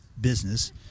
business